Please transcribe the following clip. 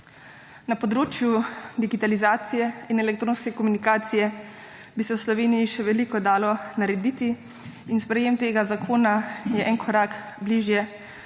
Na področju digitalizacije in elektronske komunikacije bi se v Sloveniji še veliko dalo narediti in sprejem tega zakona je en korak bližje